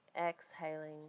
exhaling